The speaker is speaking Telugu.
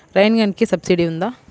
రైన్ గన్కి సబ్సిడీ ఉందా?